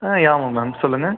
ஆ யாவும் மேம் சொல்லுங்கள்